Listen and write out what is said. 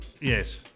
Yes